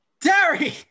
Derry